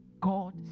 God